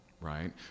right